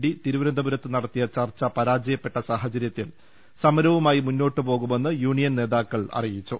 D തിരുവനന്തപുരത്ത് നടത്തിയ ചർച്ച പരാജയപ്പെട്ട സാഹചര്യത്തിൽ സമരവുമായി മുന്നോട്ടു പോവു മെന്ന് യൂണിയൻ നേതാക്കൾ അറിയിച്ചു